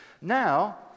Now